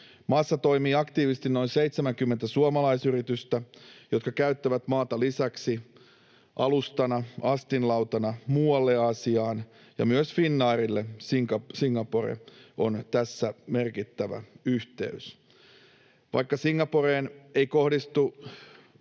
Maassa toimii aktiivisesti noin 70 suomalaisyritystä, jotka käyttävät maata lisäksi alustana ja astinlautana muualle Aasiaan, ja myös Finnairille Singapore on tässä merkittävä yhteys. Vaikka Singaporeen ei kohdistu